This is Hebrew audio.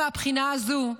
מהבחינה הזאת,